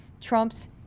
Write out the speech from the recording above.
Trump's